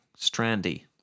strandy